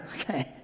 okay